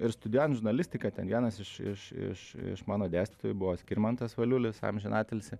ir studijuojant žurnalistiką ten vienas iš iš iš iš mano dėstytojų buvo skirmantas valiulis amžiną atilsį